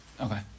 Okay